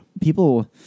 people